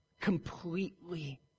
completely